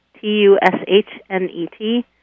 T-U-S-H-N-E-T